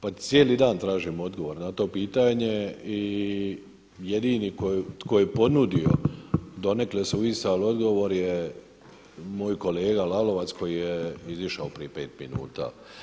Pa cijeli dan tražimo odgovor na to pitanje i jedini tko je ponudio donekle suvisao odgovor je moj kolega Lalovac koji je izišao prije pet minuta.